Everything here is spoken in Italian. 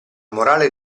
morale